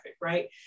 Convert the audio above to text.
right